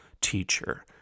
teacher